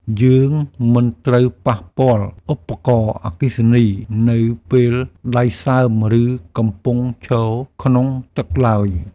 យើងមិនត្រូវប៉ះពាល់ឧបករណ៍អគ្គិសនីនៅពេលដៃសើម ឬកំពុងឈរក្នុងទឹកឡើយ។